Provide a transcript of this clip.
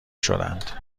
شدند